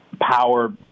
power